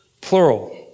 plural